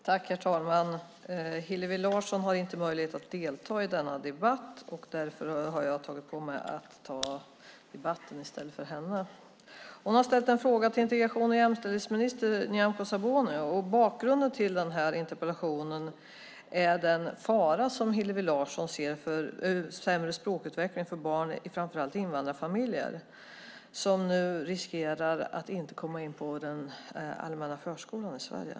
Herr talman! Hillevi Larsson har inte möjlighet att delta i denna debatt. Därför har jag tagit på mig att ta debatten i stället för henne. Hillevi Larsson har ställt en fråga till integrations och jämställdhetsminister Nyamko Sabuni. Bakgrunden till interpellation är den fara Hillevi Larsson ser för sämre språkutveckling för barn i framför allt invandrarfamiljer. De riskerar att nu inte komma in på den allmänna förskolan i Sverige.